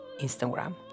Instagram